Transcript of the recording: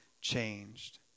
changed